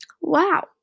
wow